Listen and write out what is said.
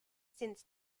since